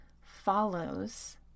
follows